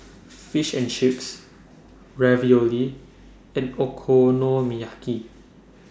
Fish and Chips Ravioli and Okonomiyaki